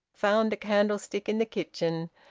found a candlestick in the kitchen,